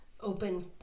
open